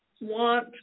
want